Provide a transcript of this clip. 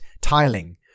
tiling